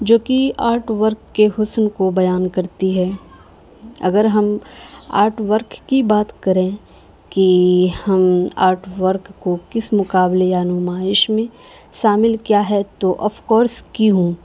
جو کہ art work کے حسن کو بیان کرتی ہے اگر ہم آرٹ ورک کی بات کریں کہ ہم آرٹ ورک کو کس مقابلے یا نمائش میں شامل کیا ہے تو آف کورس کی ہوں